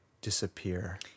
disappear